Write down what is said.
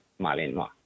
Malinois